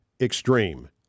extreme